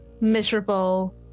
miserable